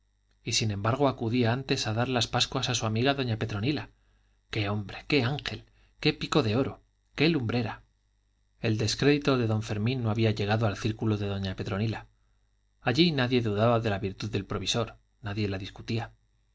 y sin embargo acudía antes a dar las pascuas a su amiga doña petronila qué hombre qué ángel qué pico de oro qué lumbrera el descrédito de don fermín no había llegado al círculo de doña petronila allí nadie dudaba de la virtud del provisor nadie la discutía